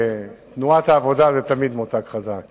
משינוי התקנות מ-3 ביוני 2005